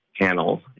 panel